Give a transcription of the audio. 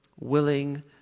willing